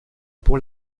pour